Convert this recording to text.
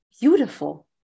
beautiful